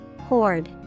Horde